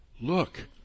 look